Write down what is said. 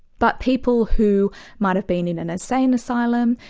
but people who might have been in an insane asylum,